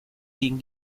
gegen